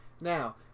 Now